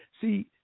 see